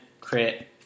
crit